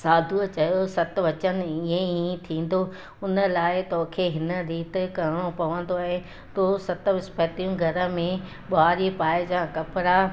साधूअ चयो सतु वचन ईअं ई थींदो उन लाइ तोखे हिन रीति करिणो पवंदो ऐं तूं सत विस्पतूं घर में ॿुआरी पाइजां कपिड़ा